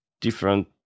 different